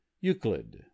Euclid